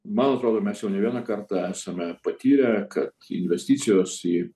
man atrodo mes jau ne vieną kartą esame patyrę kad investicijos į